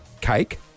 cake